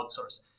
outsource